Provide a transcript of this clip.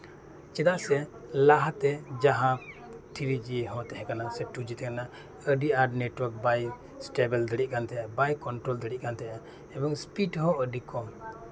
ᱪᱮᱫᱟᱜ ᱥᱮ ᱞᱟᱦᱟᱛᱮ ᱡᱟᱦᱟ ᱛᱷᱨᱤ ᱡᱤ ᱛᱟᱦᱮ ᱠᱟᱱᱟ ᱥᱮ ᱴᱩ ᱡᱤ ᱛᱟᱦᱮ ᱠᱟᱱᱟ ᱟᱹᱰᱤ ᱟᱸᱴ ᱱᱮᱴᱣᱟᱨᱠ ᱵᱟᱭ ᱮᱥᱴᱮᱵᱮᱞ ᱫᱟᱲᱮᱭᱟᱜ ᱠᱟᱱ ᱛᱟᱦᱮᱱᱟ ᱵᱟᱭ ᱠᱚᱱᱴᱳᱨᱳᱞ ᱫᱟᱲᱮᱭᱟᱜ ᱛᱟᱦᱮᱫᱼᱟ ᱮᱵᱚᱝ ᱥᱯᱤᱰ ᱫᱚ ᱟᱹᱰᱤ ᱠᱚᱢ